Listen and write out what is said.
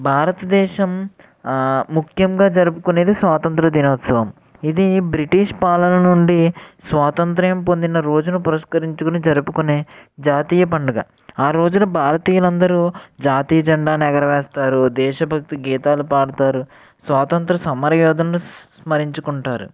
భారతదేశం ముఖ్యంగా జరుపుకునేది స్వాతంత్ర దినోత్సవం ఇది ఈ బ్రిటిష్ పాలన నుండి స్వాతంత్రం పొందిన రోజున పురస్కరించుకుని జరుపుకునే జాతీయ పండుగ ఆ రోజున భారతీయులందరూ జాతీయ జెండాను ఎగరవేస్తారు దేశభక్తి గీతాలు పాడుతారు స్వాతంత్ర సమరయోదులను స్మరించుకుంటారు